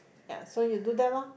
ya so you do that lor